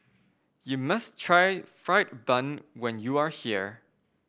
you must try fried bun when you are here